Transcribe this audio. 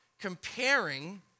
comparing